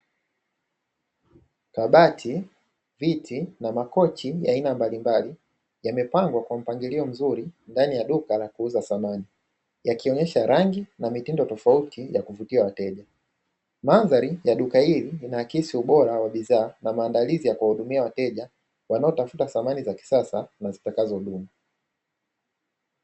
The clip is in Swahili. Kabati, viti na makochi ya aina mbalimbali yamepangwa kwa mpangilio mzuri ndani ya duka la kuuzia samani yakionyesha rangi na mitindo tofauti ya kuvutia wateja. Mandhari ya duka hili ina hakisi ubora wa bidhaa na maandilizi ya kuwahudumia wateja wanaotafuta samani za kisasa na zitakazo dumu.